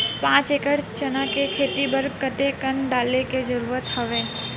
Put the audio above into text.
पांच एकड़ चना के खेती बर कते कन डाले के जरूरत हवय?